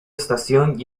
estación